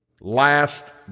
Last